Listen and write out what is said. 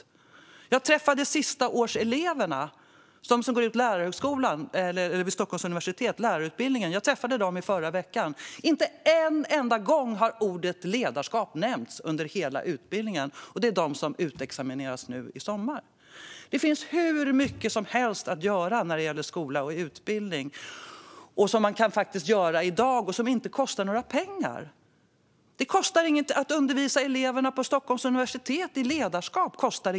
Förra veckan träffade jag studenter som går sista året på lärarutbildningen vid Stockholms universitet. Inte en enda gång har ordet ledarskap nämnts under hela deras utbildning, och dessa utexamineras i sommar. Det finns hur mycket som helst att göra när det gäller skola och utbildning. Mycket kan göras i dag utan att det kostar några pengar. Det kostar inget att undervisa studenterna vid Stockholms universitet i ledarskap.